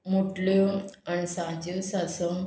मुटल्यो अणसाच्यो सांसव